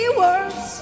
words